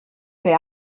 fait